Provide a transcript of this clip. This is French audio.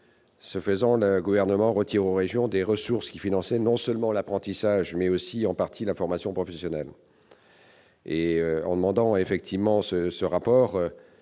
Ce faisant, le Gouvernement supprime aux régions des ressources qui finançaient, non seulement l'apprentissage, mais aussi, en partie, la formation professionnelle. Nous demandons ce rapport